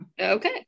Okay